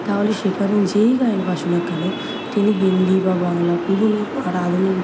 তাহলে সেখানে যেই গায়ক আসুক না কেন তিনি হিন্দি বা বাংলা পুরনো বা আধুনিক